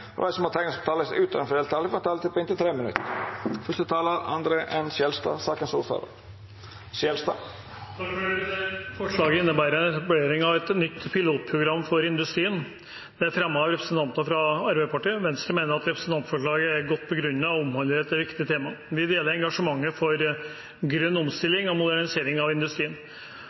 og dei som måtte teikna seg på talarlista utover den fordelte taletida, får òg ei taletid på inntil 3 minutt. Forslaget innebærer etablering av et nytt pilotprogram for industrien. Det er fremmet av representanter fra Arbeiderpartiet, og Venstre mener at representantforslaget er godt begrunnet og omhandler et viktig tema. Vi deler engasjementet for grønn omstilling og modernisering av industrien.